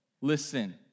Listen